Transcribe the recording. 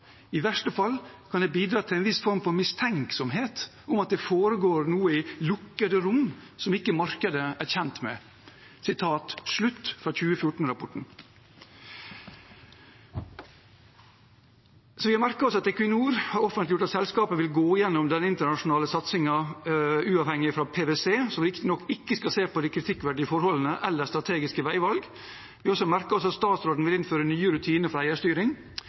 I verste fall kan det bidra til en viss form for mistenksomhet om at det foregår noe i lukkede rom som ikke markedet er kjent med. Vi merker oss at Equinor har offentliggjort at selskapet vil gå gjennom den internasjonale satsingen uavhengig av PwC, som riktignok ikke skal se på de kritikkverdige forholdene eller strategiske veivalg. Vi merker oss også at statsråden vil innføre nye rutiner for eierstyring.